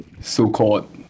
so-called